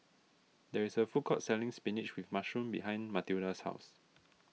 there is a food court selling Spinach with Mushroom behind Mathilda's house